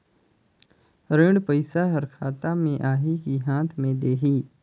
ऋण पइसा हर खाता मे आही की हाथ मे देही?